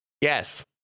Yes